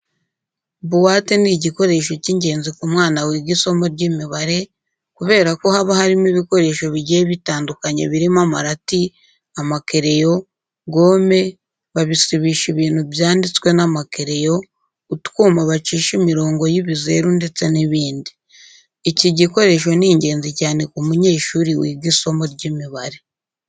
Buwate ni igikoresho cy'ingenzi ku mwana wiga isomo ry'imibare kubera ko haba harimo ibikoresho bigiye bitandukanye birimo amarati, amakereyo, gome basibisha ibintu byanditswe n'amakereyo, utwuma bacisha imirongo y'ibizeru ndetse n'ibindi. Iki gikoresho ni ingenzi cyane ku munyeshuri wiga isomo ry'imibare.